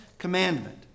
Commandment